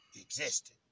existed